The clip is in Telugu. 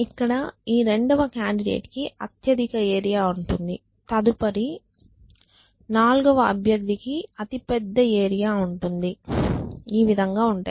ఇక్కడ ఈ రెండవ కాండిడేట్ కి అత్యధిక ఏరియా ఉంటుంది తదుపరి నాల్గవ కాండిడేట్ కి అతిపెద్ద ఏరియా ఉంటుంది ఈ విధంగా ఉంటాయి